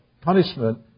punishment